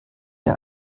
der